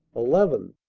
eleven!